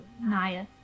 naya